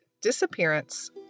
disappearance